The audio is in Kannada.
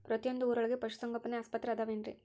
ಪ್ರತಿಯೊಂದು ಊರೊಳಗೆ ಪಶುಸಂಗೋಪನೆ ಆಸ್ಪತ್ರೆ ಅದವೇನ್ರಿ?